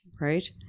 right